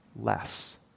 less